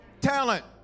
Talent